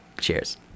Cheers